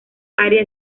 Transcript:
área